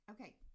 Okay